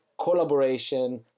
collaboration